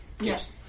Yes